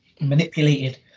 manipulated